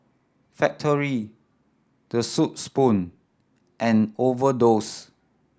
Factorie The Soup Spoon and Overdose